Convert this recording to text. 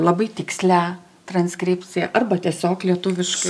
labai tikslia transkripcija arba tiesiog lietuviš